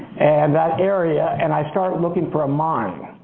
and that area and i start looking for a mine.